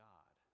God